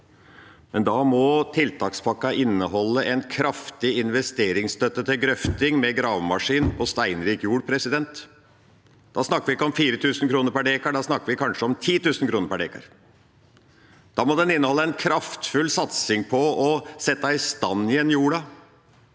Men da må tiltakspakka inneholde en kraftig investeringsstøtte til grøfting med gravemaskin på steinrik jord. Da snakker vi ikke om 4 000 kr per dekar, da snakker vi kanskje om 10 000 kr per dekar. Da må den inneholde en kraftfull satsing på å sette i stand igjen jorda,